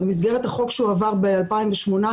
במסגרת החוק שעבר ב-2018,